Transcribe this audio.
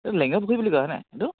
এই লেঙুৰী পুখুৰী বুলি কয় হয়নে এইটো